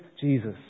Jesus